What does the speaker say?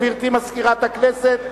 גברתי מזכירת הכנסת,